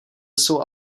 jsou